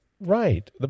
Right